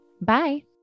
Bye